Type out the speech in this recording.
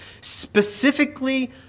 specifically